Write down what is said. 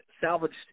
salvaged